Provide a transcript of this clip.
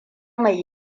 mai